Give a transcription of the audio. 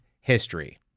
history